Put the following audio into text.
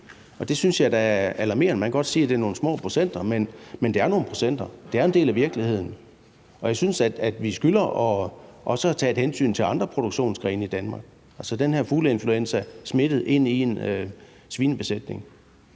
Det synes jeg da er alarmerende. Man kan godt sige, at det er nogle små procenter, men det er nogle procenter; det er en del af virkeligheden. Og jeg synes, at vi også skylder at tage et hensyn til andre produktionsgrene i Danmark, altså når den her fugleinfluenza kan smitte ind i en svinebesætning,